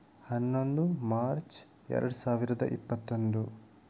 ಹನ್ನೊಂದು ಮಾರ್ಚ್ ಎರಡು ಸಾವಿರದ ಇಪ್ಪತ್ತೊಂದು